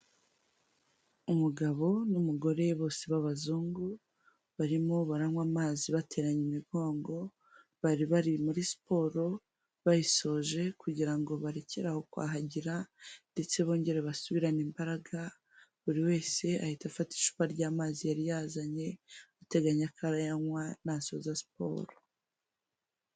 Umugabo n'umugore bose b'abazungu barimo baranywa amazi bateranya imigongo, bari bari muri siporo bayisoje kugira ngo barekere aho kwahagira ndetse bongere basubirane imbaraga, buri wese ahita afata icupa ry'amazi yari yazanye ateganya ko arayanywa nasoza siporo.